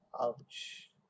Ouch